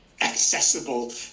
accessible